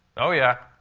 oh, yeah.